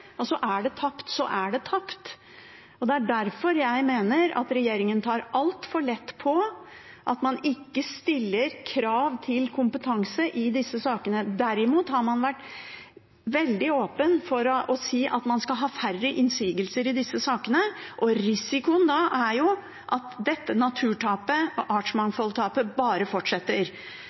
Er det tapt, så er det tapt. Det er derfor jeg mener at regjeringen tar altfor lett på at man ikke stiller krav til kompetanse i disse sakene. Derimot har man vært veldig åpen for å si at man skal ha færre innsigelser i disse sakene. Risikoen da er at dette naturtapet og tapet av artsmangfold bare fortsetter.